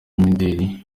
b’imideli